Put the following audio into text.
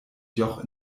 joch